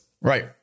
Right